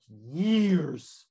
years